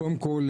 קודם כל,